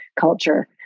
culture